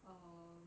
um